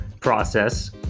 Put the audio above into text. process